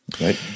right